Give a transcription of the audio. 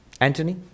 Anthony